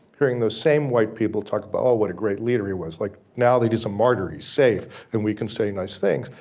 hearing the same white people talk about ah what a great leader he was like. now, they did some murderess, he's safe and we can say nice things,